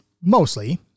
mostly